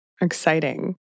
exciting